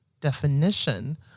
definition